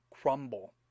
crumble